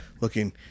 looking